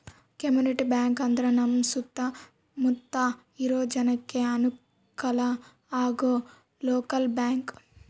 community bank ಅಂದ್ರ ನಮ್ ಸುತ್ತ ಮುತ್ತ ಇರೋ ಜನಕ್ಕೆ ಅನುಕಲ ಆಗೋ ಲೋಕಲ್ ಬ್ಯಾಂಕ್